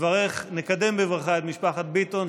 נקדם בברכה את משפחת ביטון,